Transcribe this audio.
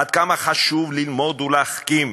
כמה חשוב ללמוד ולהחכים,